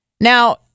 Now